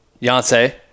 Yonsei